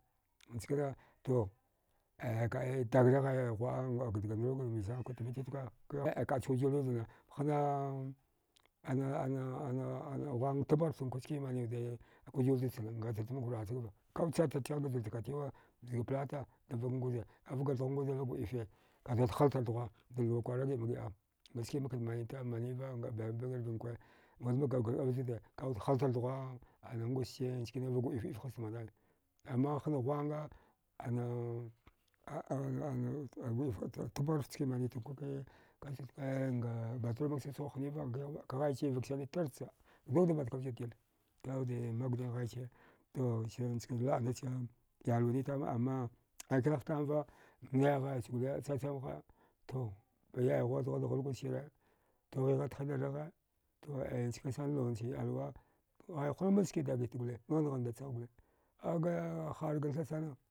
Nchkene to aya kaəe dagri ghaya ghuwa. a nəuka dga ndurga bacha saninkwa tmu tikwa aya kaəcha wujil vauda hna ana ana ana thuwan tambaghar ftankwa skamainiwude ka wujil wuja chana ngatacha mak kawud chattartigh ga jugha katiwa zga plata da vag nguza ka vagar dghu ngwaza vag wudife kadiwud haltar dghua daluwa kwara giəma giəa ngaski makwudda mani tamva bariban rvinkwa kawud haltardughuwa ana nguzche ngchkane vagwudef wudef hazta manaya ama hna ghuwanga ana tambagharfta ska manitankwa ke nga baturace chamak sghu hniva kaghaichi vagsani tarcha ndukda matkama zut dila kaude maguni ghaiche to sirna chkana laənacha iyalwanita amma akilaghtamva naigha chgula chachamgha to yayghuwa dughuda gharguz sire ghighe thidaragha aya chkansan luwancha iyalwa ghaya harmas skadagit gole nghangha ndachagh gole aga harga thasana.